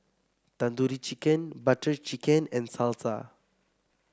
Tandoori Chicken Butter Chicken and Salsa